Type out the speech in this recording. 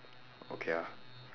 okay ah